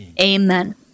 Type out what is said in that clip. Amen